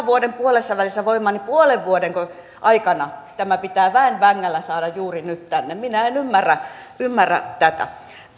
vuoden puolessavälissä voimaan joten puolen vuodenko aikana tämä pitää väen vängällä saada juuri nyt tänne minä en ymmärrä ymmärrä tätä